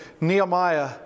Nehemiah